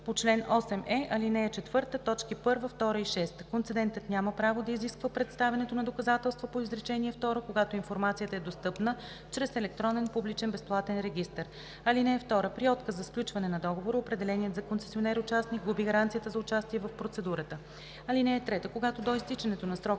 по чл. 8е, ал. 4, т. 1, 2 и 6. Концедентът няма право да изисква представянето на доказателства по изречение второ, когато информацията е достъпна чрез електронен публичен безплатен регистър. (2) При отказ за сключване на договора определеният за концесионер участник губи гаранцията за участие в процедурата. (3) Когато до изтичането на срока